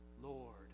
Lord